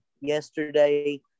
yesterday